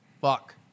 Fuck